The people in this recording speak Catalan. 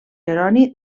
jeroni